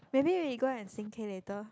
maybe we go and sing K later